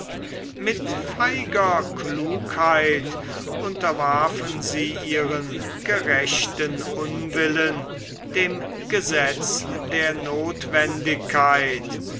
mit feiger klugheit unterwarfen sie ihren gerechten unwillen dem gesetz der notwendigkeit